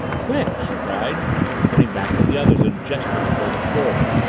quick! she cried turning back to the others and gesturing toward the corridor.